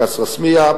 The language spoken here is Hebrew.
כסרא-סמיע,